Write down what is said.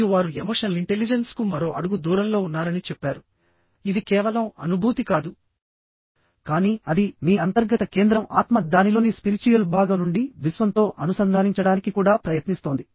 మరియు వారు emotional intelligence కు మరో అడుగు దూరంలో ఉన్నారని చెప్పారు ఇది కేవలం అనుభూతి కాదుకానీ అది మీ అంతర్గత కేంద్రం ఆత్మ దానిలోని స్పిరిచ్యుయల్ భాగం నుండి విశ్వంతో అనుసంధానించడానికి కూడా ప్రయత్నిస్తోంది